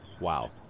Wow